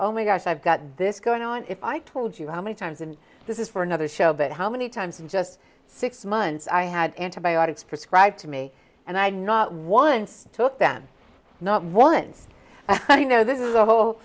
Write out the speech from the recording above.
oh my gosh i've got this going on if i told you how many times and this is for another show but how many times in just six months i had antibiotics prescribed to me and i not once took them not once i know this is a whole